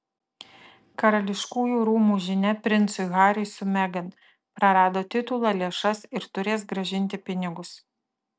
karališkųjų rūmų žinia princui hariui su megan prarado titulą lėšas ir turės grąžinti pinigus